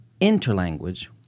interlanguage